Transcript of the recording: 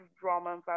drama